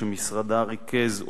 שמשרדה ריכז,